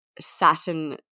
satin